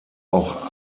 auch